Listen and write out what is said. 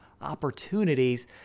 opportunities